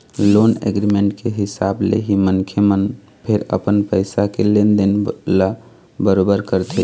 loan agreement के हिसाब ले ही मनखे मन फेर अपन पइसा के लेन देन ल बरोबर करथे